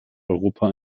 europa